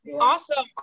Awesome